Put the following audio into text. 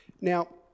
Now